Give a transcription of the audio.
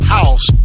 House